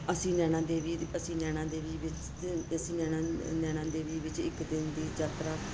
ਅਸੀਂ ਨੈਣਾਂ ਦੇਵੀ ਅਸੀਂ ਨੈਣਾਂ ਦੇਵੀ ਵਿੱਚ ਅਸੀਂ ਨੈਣਾਂ ਨੈਣਾਂ ਦੇਵੀ ਵਿੱਚ ਇੱਕ ਦਿਨ ਦੀ ਯਾਤਰਾ